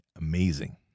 amazing